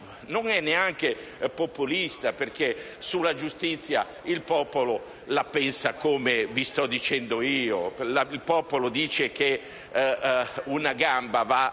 non è neanche "populista", perché sulla giustizia il popolo la pensa come vi sto dicendo io. Il popolo, infatti, dice che una gamba va